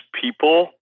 people